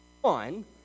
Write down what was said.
one